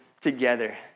together